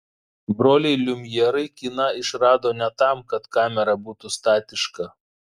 broliai liumjerai kiną išrado ne tam kad kamera būtų statiška